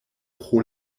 pro